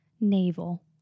navel